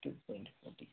two point fourteen